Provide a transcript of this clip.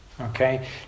Okay